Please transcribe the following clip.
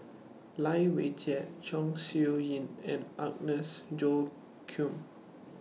Lai Weijie Chong Siew Ying and Agnes Joaquim